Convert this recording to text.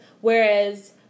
Whereas